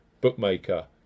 bookmaker